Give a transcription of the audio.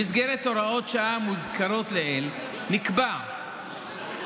במסגרת הוראות השעה המוזכרות לעיל נקבע כתיקון